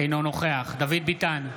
אינו נוכח דוד ביטן,